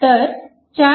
तर 4